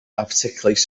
particularly